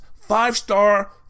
five-star